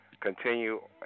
Continue